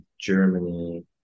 Germany